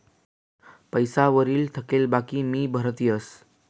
पैसा वरी थकेल बाकी भी भरता येस